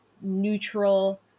neutral